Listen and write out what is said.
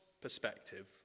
perspective